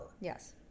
Yes